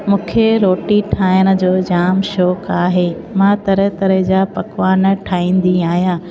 मूंखे रोटी ठाहिण जो जाम शौक़ु आहे मां तरह तरह जा पकवान ठाहींदी आहियां